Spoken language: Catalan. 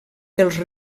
els